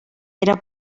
era